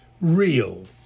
real